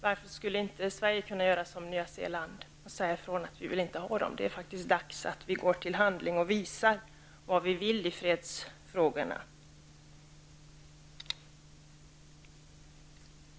Varför skulle inte vi i Sverige kunna göra som Nya Zeeland och säga ifrån att vi inte vill ha fartygen? Det är dags att vi handlar och visar vad vi vill när det gäller fredsfrågorna.